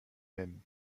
même